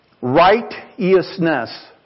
righteousness